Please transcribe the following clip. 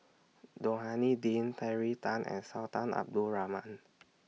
Rohani Din Terry Tan and Sultan Abdul Rahman